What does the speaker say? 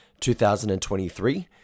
2023